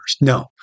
No